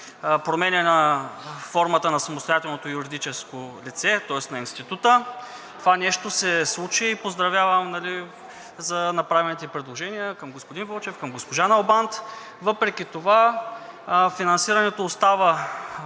променяна формата на самостоятелното юридическо лице, тоест на института. Това нещо се случи и поздравявам за направените предложения господин Вълчев, госпожа Налбант. Въпреки това финансирането и